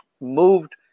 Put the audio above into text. moved